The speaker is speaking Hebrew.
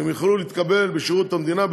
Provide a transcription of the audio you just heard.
שהם יוכלו להתקבל אליהן בשירות המדינה,